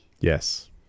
Yes